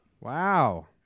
Wow